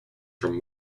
from